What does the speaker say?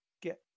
get